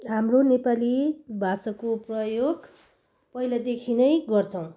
हाम्रो नेपाली भाषाको प्रयोग पहिलादेखि नै गर्छौँ